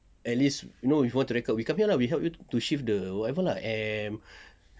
at least you know before to record we come here lah we help you to shift the whatever lah amp